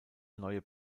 neue